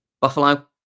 buffalo